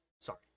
sorry